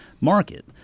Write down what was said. market